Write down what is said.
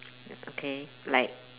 okay like